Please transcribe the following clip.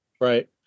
Right